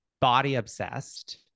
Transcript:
body-obsessed